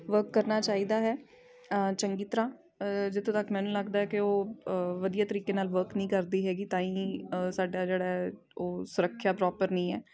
work ਕਰਨਾ ਚਾਹੀਦਾ ਹੈ ਚੰਗੀ ਤਰ੍ਹਾਂ ਜਿੱਥੋਂ ਤੱਕ ਮੈਨੂੰ ਲੱਗਦਾ ਕਿ ਉਹ ਵਧੀਆ ਤਰੀਕੇ ਨਾਲ ਵਰਕ ਨਹੀਂ ਕਰਦੀ ਹੈਗੀ ਤਾਂ ਹੀ ਸਾਡਾ ਜਿਹੜਾ ਹੈ ਉਹ ਸੁਰੱਖਿਆ ਪ੍ਰੋਪਰ ਨਹੀਂ ਹੈ